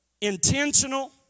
intentional